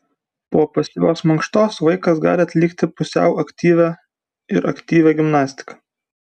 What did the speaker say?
po pasyvios mankštos vaikas gali atlikti pusiau aktyvią ir aktyvią gimnastiką